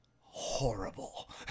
horrible